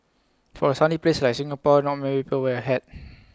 for A sunny place like Singapore not many people wear A hat